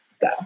go